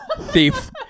thief